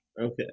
Okay